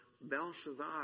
Belshazzar